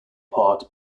part